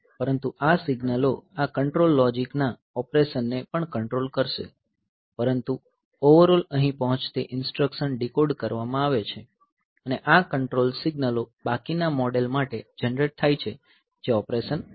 પરંતુ આ સિગ્નલો આ કંટ્રોલ લોજીકના ઓપરેશન ને પણ કંટ્રોલ કરશે પરંતુ ઓવરઓલ અહીં પહોંચતી ઈન્સ્ટ્રકશન ડીકોડ કરવામાં આવે છે અને આ કંટ્રોલ સિગ્નલો બાકીના મોડેલ માટે જનરેટ થાય છે જે ઓપરેશન કરશે